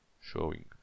showing